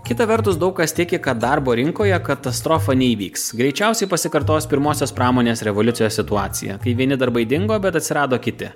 kita vertus daug kas tiki kad darbo rinkoje katastrofa neįvyks greičiausiai pasikartos pirmosios pramonės revoliucijos situacija kai vieni darbai dingo bet atsirado kiti